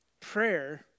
Prayer